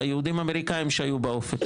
היהודים האמריקאים שהיו באופק,